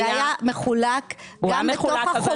זה היה מחולק גם בתוך החוברת.